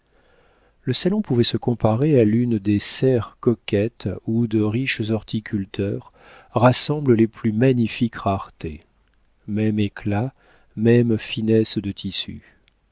le salon pouvait se comparer à l'une des serres coquettes où de riches horticulteurs rassemblent les plus magnifiques raretés même éclat même finesse de tissus